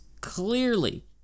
clearly